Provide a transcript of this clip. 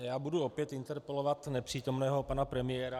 Já budu opět interpelovat nepřítomného pana premiéra.